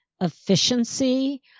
efficiency